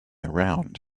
around